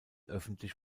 öffentlich